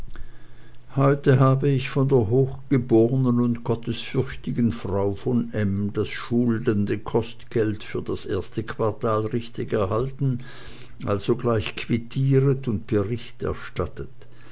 heute habe ich von der hochgebornen und gottesfürchtigen frau von m das schuldende kostgeld für das erste quartal richtig erhalten alsogleich quittiret und bericht erstattet